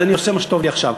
אז אני עושה מה שטוב לי עכשיו,